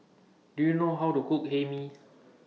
Do YOU know How to Cook Hae Mee